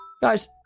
Guys